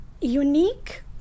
unique